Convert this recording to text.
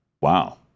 Wow